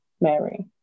Mary